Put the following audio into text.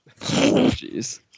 Jeez